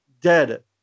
dead